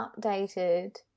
updated